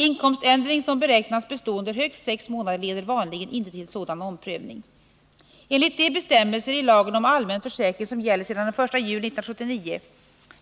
Inkomständringen som beräknas bestå under högst sex månader leder vanligen inte till sådan omprövning. Enligt de bestämmelser i lagen om allmän försäkring som gäller sedan den 1 juli 1979